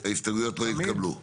0 ההסתייגויות לא התקבלו.